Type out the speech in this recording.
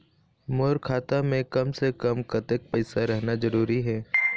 मोर खाता मे कम से से कम कतेक पैसा रहना जरूरी हे?